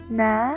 na